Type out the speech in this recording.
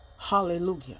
Hallelujah